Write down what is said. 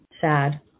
Sad